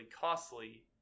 costly